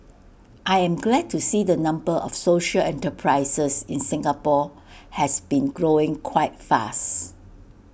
I'm glad to see the number of social enterprises in Singapore has been growing quite fast